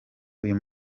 uyu